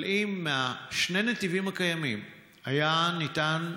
אבל אם משני הנתיבים הקיימים היה ניתן,